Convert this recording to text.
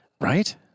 Right